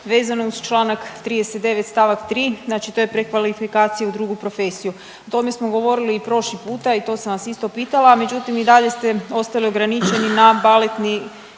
vezano uz čl. 39. st. 3. znači to je prekvalifikacija u drugu profesiju o tome smo govorili i prošli puta i to sam vas isto pitala, međutim Naravno, uvaženi su i